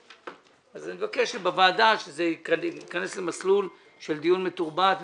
אני מבקש שבוועדה זה ייכנס למסלול של דיון מתורבת ונורמלי.